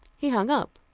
he hung up.